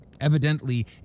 Evidently